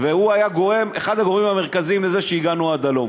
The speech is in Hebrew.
והוא היה אחד הגורמים המרכזיים לזה שהגענו עד הלום.